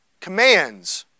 commands